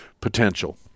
potential